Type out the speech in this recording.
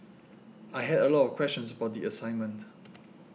I had a lot of questions about assignment